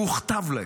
הוא הוכתב להם.